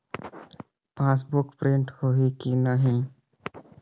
Passbook print होही कि नहीं?